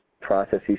processes